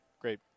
great